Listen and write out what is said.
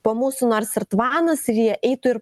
po mūsų nors ir tvanas ir jie eitų ir